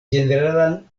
ĝeneralan